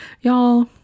Y'all